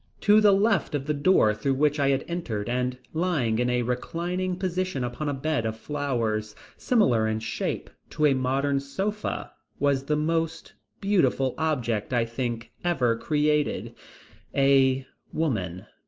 to the left of the door through which i had entered and lying in a reclining position upon a bed of flowers, similar in shape to a modern sofa, was the most beautiful object, i think, ever created a woman.